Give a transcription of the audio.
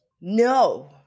No